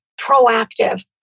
proactive